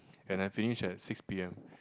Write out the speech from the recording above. and I finish at six P_M